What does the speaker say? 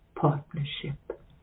partnership